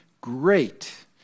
great